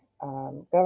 government